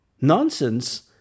nonsense